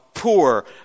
poor